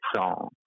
song